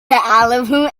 album